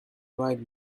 right